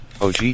OG